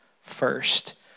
first